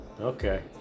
Okay